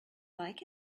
like